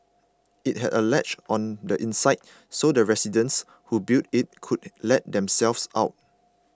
it had a latch on the inside so the residents who built it could let themselves out